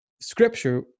Scripture